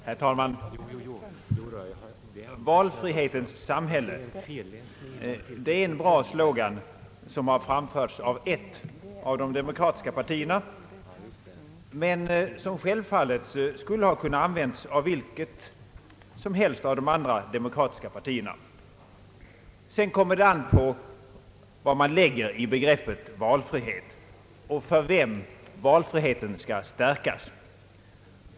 Herr talman! »Valfrihetens samhälle» är en bra slogan som har framförts av ett av de demokratiska partierna, men som självfallet skulle ha kunnat användas av vilket som helst av de andra demokratiska partierna. Sedan kommer det an på vad man lägger in i begreppet valfrihet och för vem valfriheten skall stärkas.